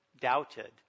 doubted